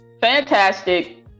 fantastic